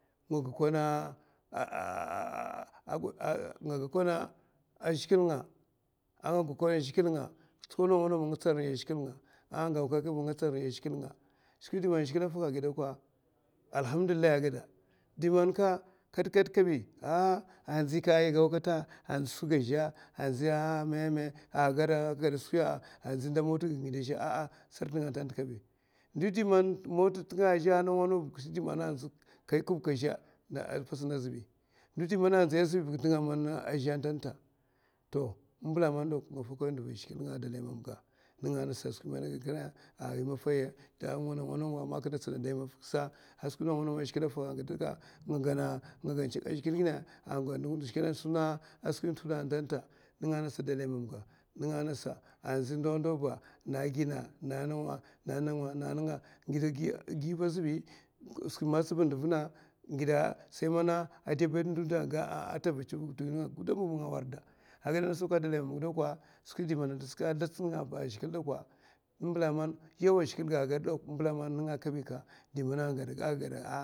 Nga gokona ngwalala a zhigilè nga ta tsuko nawa nawa ba nga tsokon a riy a zhigilè nga skwi di man zhigilè avaka a gièè alhamdullah aka a gayna aman skwi man kata kaɓa aka kagaèa aray moto gièè ga azhè katè kaɓi ndi di man moto tunga azhè, mbèla man nga shidan a gièè a zhigilè a skwi man kinè tsina a dayi maffa a skwi man yè gèèè atanta, nasa a skwi di man zhigilè a tsina atanta, andzi man tashidan gièè, ngièè skwi nènga a ba azɓi ngièè ada bèd ndo di ata ata vana agièè a ngasa èakwa a a dalay mamga skwi di man